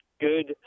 good